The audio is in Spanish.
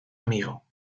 amigo